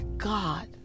God